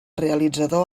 realitzador